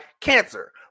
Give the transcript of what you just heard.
cancer